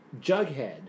Jughead